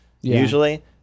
usually